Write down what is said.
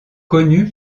connu